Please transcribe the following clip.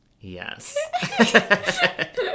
Yes